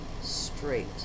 straight